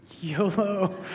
YOLO